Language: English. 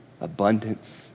abundance